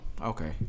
Okay